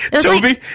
toby